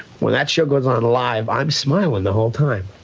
when that show goes on live, i'm smilin' the whole time.